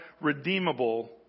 redeemable